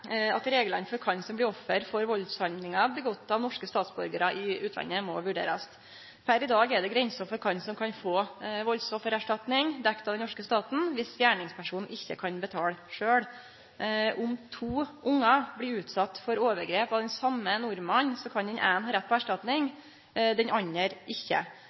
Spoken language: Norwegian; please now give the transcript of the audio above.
reglane for kven som blir offer for valdshandlingar utførte av norske statsborgarar i utlandet, må vurderast. Per i dag er det grenser for kven som kan få valdsoffererstatning dekt av den norske staten viss gjerningspersonen ikkje kan betale sjølv. Om to ungar blir utsette for overgrep av den same nordmannen, kan den eine ha rett på erstatning, den andre ikkje